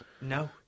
No